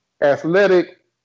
athletic